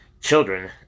children